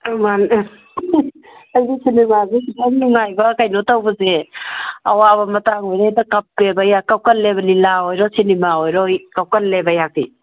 ꯑꯩꯗꯤ ꯁꯤꯅꯤꯃꯥꯁꯤ ꯈꯤꯇꯪ ꯅꯨꯡꯉꯥꯏꯕ ꯀꯩꯅꯣ ꯇꯧꯕꯁꯦ ꯑꯋꯥꯕ ꯃꯇꯥꯡꯁꯦ ꯍꯦꯛꯇ ꯀꯞꯄꯦꯕ ꯌꯥꯝ ꯀꯞꯜꯂꯦꯕ ꯂꯤꯂꯥ ꯑꯣꯏꯔꯣ ꯁꯤꯅꯤꯃꯥ ꯑꯣꯏꯔꯣ ꯀꯞꯀꯜꯂꯦꯕ ꯌꯥꯛꯇꯤ